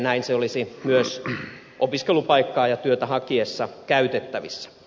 näin se olisi myös opiskelupaikkaa ja työtä hakiessa käytettävissä